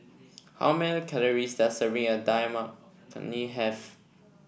how many calories does serving of Dal Makhani have